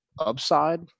upside